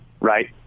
right